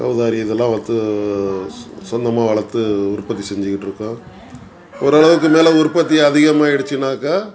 கௌதாரி இதெல்லாம் வளர்த்து சொந்தமாக வளர்த்து உற்பத்தி செஞ்சுக்கிட்டுருக்கோம் ஓரளவுக்கு மேலே உற்பத்தி அதிகமாகிடுச்சின்னாக்கா